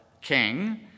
king